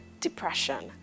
Depression